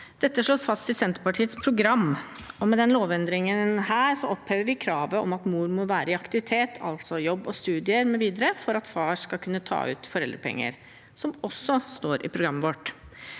Dette slås fast i Senterpartiets program, og med denne lovendringen opphever vi kravet om at mor må være i aktivitet, altså i jobb og studier mv., for at far skal kunne ta ut foreldrepenger, noe som også står i programmet vårt.